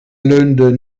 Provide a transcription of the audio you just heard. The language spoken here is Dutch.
leunde